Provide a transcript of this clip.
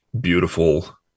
beautiful